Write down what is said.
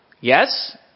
Yes